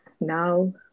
now